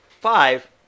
five